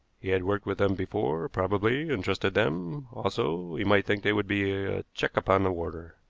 he had worked with them before, probably, and trusted them also, he might think they would be a check upon the warder.